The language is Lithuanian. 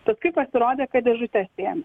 paskui pasirodė kad dėžutes ėmė